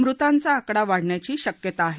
मृतांचा आकडा वाढण्याची शक्यता आहे